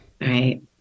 Right